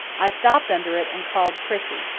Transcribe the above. i stopped under it and called prissy.